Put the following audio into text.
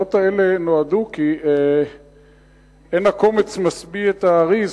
השאלות האלה נשאלו כי אין הקומץ משביע את הארי.